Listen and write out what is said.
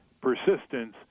persistence